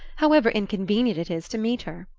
however inconvenient it is to meet her.